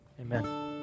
Amen